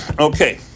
Okay